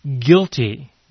guilty